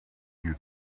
you